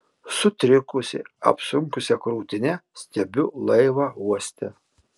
sutrikusi apsunkusia krūtine stebiu laivą uoste